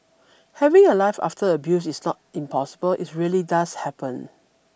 having a life after abuse is not impossible it's really does happen